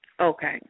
Okay